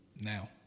now